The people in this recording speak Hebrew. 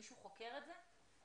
מישהו חוקר את זה?